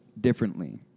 differently